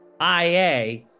IA